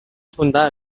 fundar